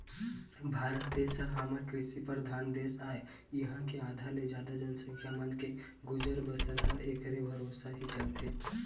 भारत देश ह हमर कृषि परधान देश आय इहाँ के आधा ले जादा जनसंख्या मन के गुजर बसर ह ऐखरे भरोसा ही चलथे